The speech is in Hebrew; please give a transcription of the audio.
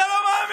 אתה לא מאמין.